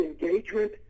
engagement